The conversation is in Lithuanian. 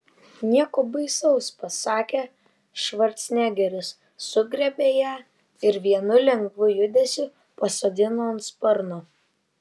nieko baisaus pasakė švarcnegeris sugriebė ją ir vienu lengvu judesiu pasodino ant sparno